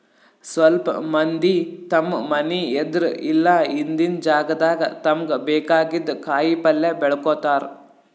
ಸ್ವಲ್ಪ್ ಮಂದಿ ತಮ್ಮ್ ಮನಿ ಎದ್ರ್ ಇಲ್ಲ ಹಿಂದಿನ್ ಜಾಗಾದಾಗ ತಮ್ಗ್ ಬೇಕಾಗಿದ್ದ್ ಕಾಯಿಪಲ್ಯ ಬೆಳ್ಕೋತಾರ್